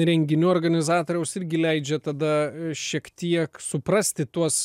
renginių organizatoriaus irgi leidžia tada šiek tiek suprasti tuos